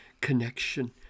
connection